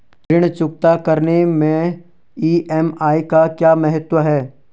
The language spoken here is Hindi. ऋण चुकता करने मैं ई.एम.आई का क्या महत्व है?